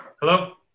Hello